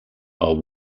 are